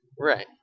Right